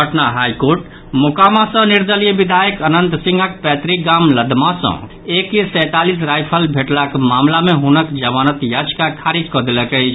Patna high court Mokama सँ निर्दलीय विधायक अनंत सिंहक पैतृक गाम लदमा सँ ए के सैंतालीस रायफल भेटलाक मामिला मे हुनक जमानत याचिका खारिज कऽ देलक अछि